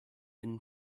been